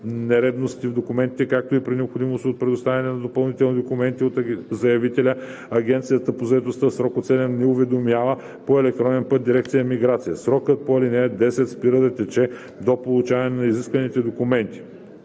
нередовности в документите, както и при необходимост от предоставяне на допълнителни документи от заявителя Агенцията по заетостта в срок до 7 дни уведомява по електронен път дирекция „Миграция“. Срокът по ал. 10 спира да тече до получаване на изискваните документи.